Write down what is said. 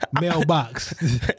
mailbox